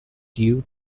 stew